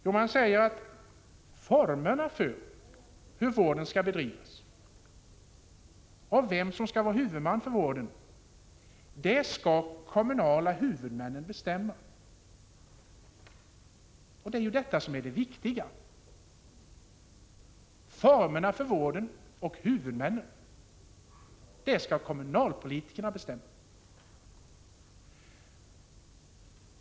Jo, man säger att formerna för hur vård skall bedrivas och vem som skall vara huvudman för vården skall bestämmas av de kommunala huvudmännen. Detta är det viktiga. Formerna för vården och huvudmännen skall kommunalpolitikerna bestämma om.